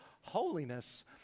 holiness